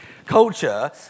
Culture